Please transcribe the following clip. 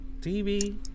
TV